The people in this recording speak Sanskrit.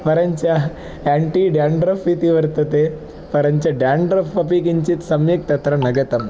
परञ्च एण्टी डेण्ड्रफ् इति वर्तते परञ्च डेण्ड्रफ् अपि किञ्चित् सम्यक् तत्र न गतम्